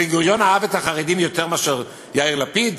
בן-גוריון אהב את החרדים יותר מאשר יאיר לפיד?